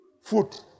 food